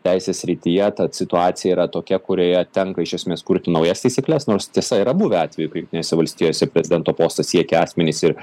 teisės srityje tad situacija yra tokia kurioje tenka iš esmės kurti naujas taisykles nors tiesa yra buvę atvejų kai jungtinėse valstijose prezidento posto siekę asmenys ir